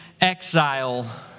exile